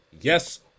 Yes